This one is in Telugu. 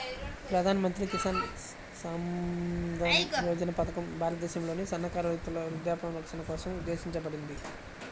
ప్రధాన్ మంత్రి కిసాన్ మన్ధన్ యోజన పథకం భారతదేశంలోని సన్నకారు రైతుల వృద్ధాప్య రక్షణ కోసం ఉద్దేశించబడింది